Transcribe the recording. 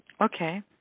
Okay